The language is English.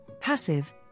passive